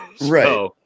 Right